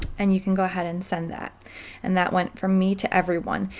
and you can go ahead and send that and that went from me to everyone.